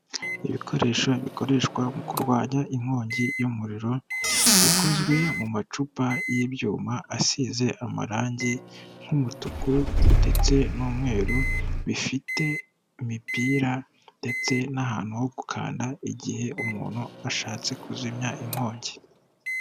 Ibikoresho bikoreshwa mu kurwanya inkongi y'umuriro, bikozwe mu macupa y'ibyuma asize amarangi nk'umutuku ndetse n'umweru, bifite imipira ndetse n'ahantu ho gukanda igihe umuntu ashatse kuzimya inkongi.